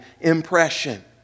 impression